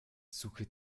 suche